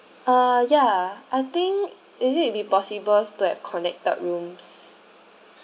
uh ya I think is it will be possible to have connected rooms